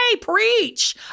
Preach